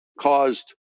caused